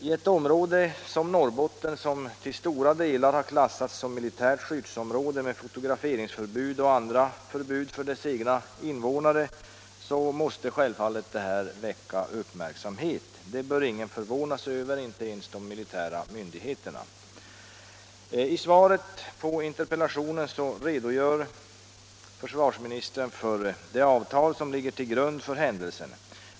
I ett område som Norrbotten, som till stora delar har klassats som militärt skyddsområde, med fotograferingsförbud och andra förbud för dess egna invånare, måste detta självfallet väcka uppmärksamhet. Det bör ingen förvåna sig över, inte ens de militära myndigheterna. I svaret på interpellationen redogör försvarsministern för det avtal som ligger till grund för händelsen.